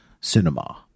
Cinema